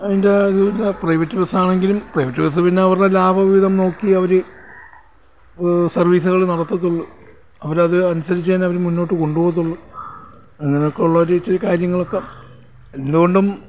അതിൻ്റെ ഒരു private bus ആണെങ്കിലും പ്രൈവറ്റ് ബസ്സ് പിന്നെ അവരുടെ ലാഭവിഹിതം നോക്കി അവർ സർവീസ്സ്കൾ നടത്തത്തൊള്ളൂ അവരത് അനുസരിച്ച് തന്നെ മുന്നോട്ട് കൊണ്ടുപോവത്തൊള്ളൂ അങ്ങനെ ഒക്കെ ഉള്ള ഒരു ഇച്ചിരി കാര്യങ്ങളൊക്കെ എന്തുകൊണ്ടും